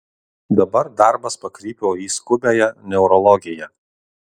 dabar darbas pakrypo į skubiąją neurologiją